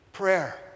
Prayer